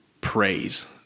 praise